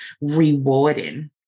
rewarding